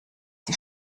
sie